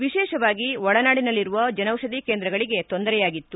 ವಿಶೇಷವಾಗಿ ಒಳನಾಡಿನಲ್ಲಿರುವ ಜನೌಪಧಿ ಕೇಂದ್ರಗಳಿಗೆ ತೊಂದರೆಯಾಗಿತ್ತು